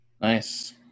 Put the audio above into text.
nice